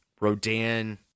Rodan